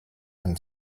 and